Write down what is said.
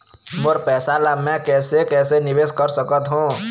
मोर पैसा ला मैं कैसे कैसे निवेश कर सकत हो?